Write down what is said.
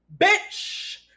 bitch